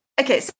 Okay